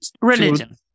religion